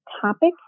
topic